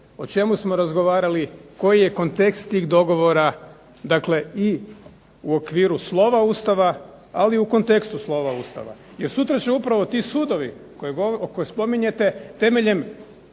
o čemu smo razgovarali, koji je kontekst tih dogovora, dakle i u okviru slova Ustava, ali i u kontekstu slova Ustava jer sutra će upravo ti sudovi koje spominjete temeljem